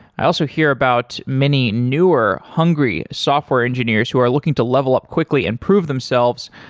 i also hear about many newer, hungry software engineers who are looking to level up quickly and prove themselves